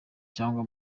cyangwa